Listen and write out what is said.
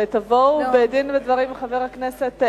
ותבואו בדין ובדברים עם חבר הכנסת?